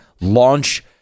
launch